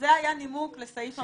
זה היה נימוק לסעיף המטרה.